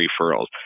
referrals